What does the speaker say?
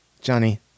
Johnny